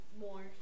more